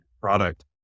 Product